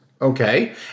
okay